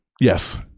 Yes